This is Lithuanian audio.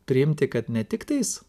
priimti kad ne tiktais